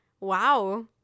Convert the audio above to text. wow